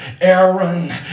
Aaron